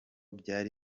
byari